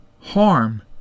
harm